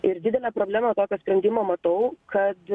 ir didelę problemą tokio sprendimo matau kad